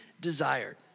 desired